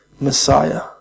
Messiah